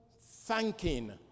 thanking